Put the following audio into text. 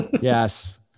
Yes